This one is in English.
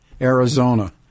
Arizona